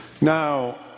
Now